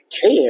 care